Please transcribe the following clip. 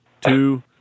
two